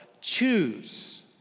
choose